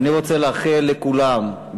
אני רוצה לאחל לכולם,